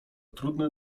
trudne